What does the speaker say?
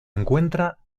encuentra